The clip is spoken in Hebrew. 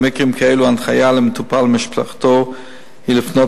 במקרים כאלו ההנחיה למטופל ולמשפחתו היא לפנות